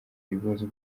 ibibazo